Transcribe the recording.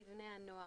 לבני הנוער,